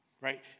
right